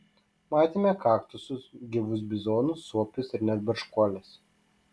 matėme kaktusus gyvus bizonus suopius ir net barškuoles